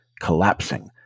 collapsing